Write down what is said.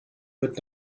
mit